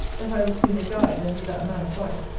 that i will sooner die than be that man's wife.